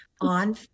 on